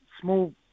small